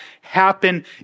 happen